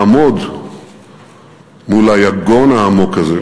לעמוד מול היגון העמוק הזה